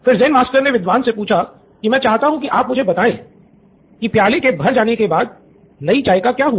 फिर Zen master ने विद्वान से पूछा कि मैं चाहता हूं कि आप मुझे बताएं कि प्याली के भर जाने के बाद नई चाय का क्या हुआ